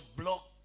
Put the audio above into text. block